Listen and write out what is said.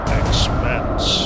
expense